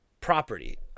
property